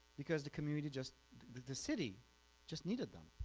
because the community just the the city just needed them